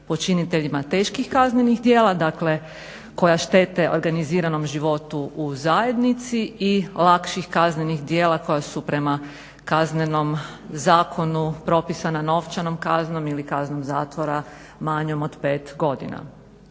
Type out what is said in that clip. počiniteljima teških kaznenih djela, dakle koja štete organiziranom životu u zajednici i lakših kaznenih djela koja su prema Kaznenom zakonu propisana novčanom kaznom ili kaznom zatvora manjom od 5 godina.